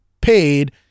paid